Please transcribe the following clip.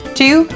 two